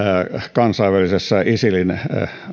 kansainvälisessä isilin